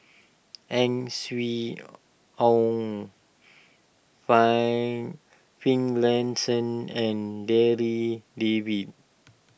Ang Swee Aun Fine Finlayson and Darryl David